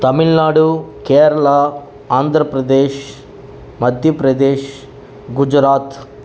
Tamil Nadu Kerala Andhra Pradesh Madhya Pradesh Gujarat